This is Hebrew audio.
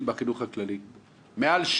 נראה לי שמיהרתם להכריז על משהו חגיגי כאן.